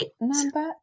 number